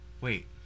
Wait